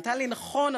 היא ענתה לי: נכון,